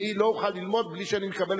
אני לא אוכל ללמוד בלי סיוע,